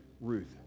Ruth